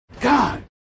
god